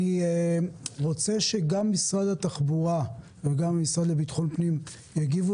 אני רוצה שגם משרד התחבורה וגם המשרד לביטחון פנים יגיבו